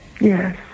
Yes